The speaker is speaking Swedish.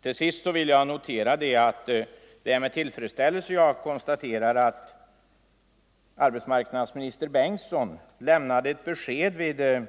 Till sist vill jag med tillfredsställelse notera att arbetsmarknadsminister Bengtsson lämnade ett besked vid